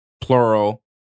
Plural